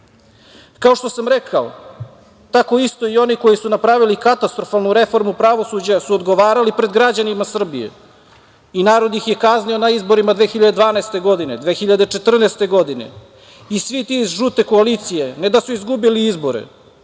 što sam rekao, tako isto i oni koji su napravili katastrofalnu reformu pravosuđa su odgovarali pred građanima Srbije i narod ih je kaznio na izborima 2012. godine, 2014. godine i svi ti iz žute koalicije ne da su izgubili izbore,